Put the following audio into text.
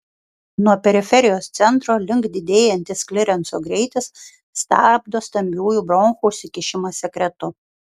nuo periferijos centro link didėjantis klirenso greitis stabdo stambiųjų bronchų užsikišimą sekretu